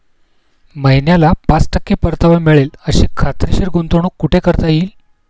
महिन्याला पाच टक्के परतावा मिळेल अशी खात्रीशीर गुंतवणूक कुठे करता येईल?